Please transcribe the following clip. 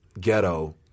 ghetto